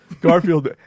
Garfield